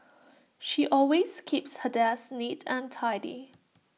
she always keeps her desk neat and tidy